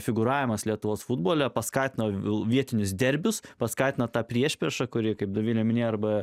figūravimas lietuvos futbole paskatino vietinius derbius paskatino tą priešpriešą kuri kaip dovilė mini arba